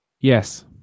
yes